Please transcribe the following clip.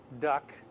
duck